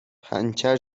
پنچر